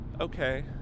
Okay